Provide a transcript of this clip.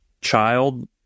child